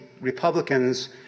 Republicans